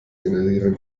generieren